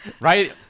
Right